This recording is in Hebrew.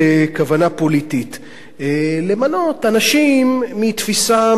פוליטית למנות אנשים מתפיסה מסוימת.